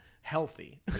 healthy